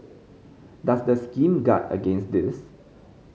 does the scheme guard against this